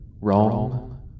wrong